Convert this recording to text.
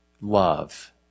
love